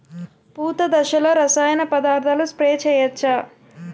పూత దశలో రసాయన పదార్థాలు స్ప్రే చేయచ్చ?